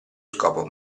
scopo